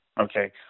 Okay